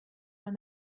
when